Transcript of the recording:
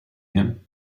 him